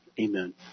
Amen